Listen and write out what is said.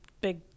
big